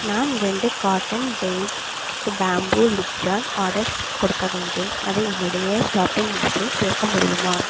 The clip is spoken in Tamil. நான் ரெண்டு cotton tally bamboo lid jar orders கொடுக்க வேண்டும் அதை என்னுடைய ஷாப்பிங் லிஸ்ட்டில் சேர்க்க முடியுமா